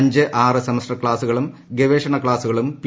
അഞ്ച് ആറ് സെമസ്റ്റർ ക്സാസുകളും ഗവേഷണ ക്സാസുകളും പി